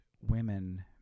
women